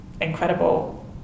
incredible